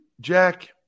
Jack –